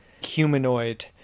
humanoid